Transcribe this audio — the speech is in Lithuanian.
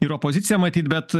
ir opozicija matyt bet